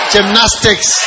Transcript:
Gymnastics